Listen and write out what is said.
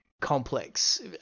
complex